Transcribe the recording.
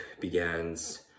begins